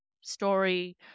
story